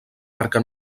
perquè